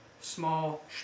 small